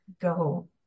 go